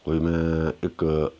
कोई में इक